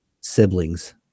siblings